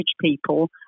people